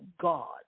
God